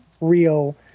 real